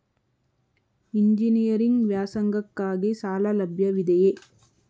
Engineering ವ್ಯಾಸಂಗಕ್ಕಾಗಿ ಸಾಲ ಸೌಲಭ್ಯವಿದೆಯೇ?